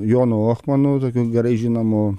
jonu ohmanu tokiu gerai žinomu